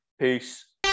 Peace